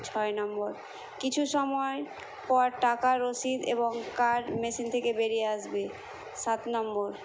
ছয় নম্বর কিছু সময় পর টাকার রসিদ এবং কার্ড মেশিন থেকে বেরিয়ে আসবে সাত নম্বর